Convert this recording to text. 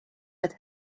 with